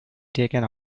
taken